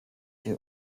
wir